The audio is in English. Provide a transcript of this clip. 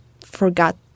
forgot